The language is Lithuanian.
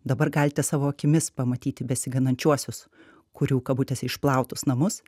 dabar galite savo akimis pamatyti besiganančiuosius kurių kabutėse išplautus namus